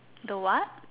the what